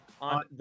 On